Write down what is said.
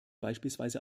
beispielsweise